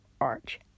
arch